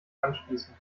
anschließen